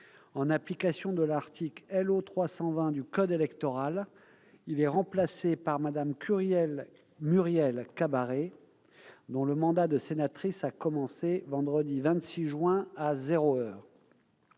En application de l'article L.O. 320 du code électoral, il est remplacé par Mme Muriel Cabaret, dont le mandat de sénatrice a commencé vendredi 26 juin, à zéro heure.